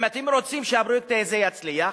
אם אתם רוצים שהפרויקט הזה יצליח,